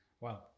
Wow